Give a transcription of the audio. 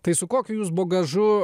tai su kokiu jūs bagažu